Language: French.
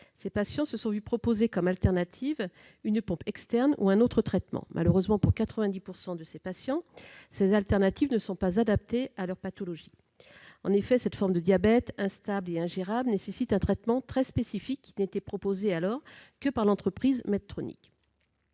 ces patients se sont vu proposer comme alternative une pompe externe ou un autre traitement. Malheureusement, pour 90 % d'entre eux, ces alternatives ne sont pas adaptées à leur pathologie. En effet, cette forme de diabète instable et ingérable nécessite un traitement très spécifique qui n'était jusqu'alors proposé que par l'entreprise Medtronic.